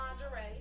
lingerie